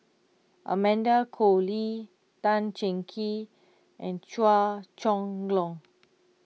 Amanda Koe Lee Tan Cheng Kee and Chua Chong Long